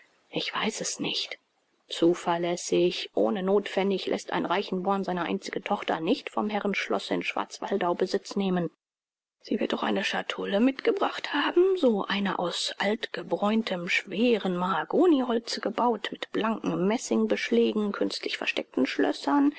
ich weiß es nicht zuverlässig ohne nothpfennig läßt ein reichenborn seine einzige tochter nicht vom herrenschlosse in schwarzwaldau besitz nehmen sie wird doch eine chatoulle mitgebracht haben so eine aus altgebräuntem schweren mahagonyholze gebaut mit blanken messingbeschlägen künstlich versteckten schlössern